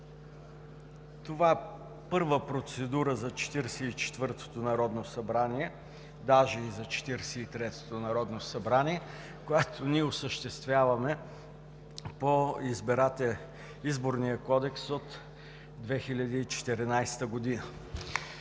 Това е първа процедура за 44-то Народно събрание, даже и за 43-то Народно събрание, която ние осъществяваме по Изборния кодекс от 2014 г.